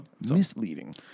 Misleading